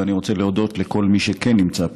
ואני רוצה להודות לכל מי שכן נמצא פה.